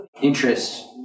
interest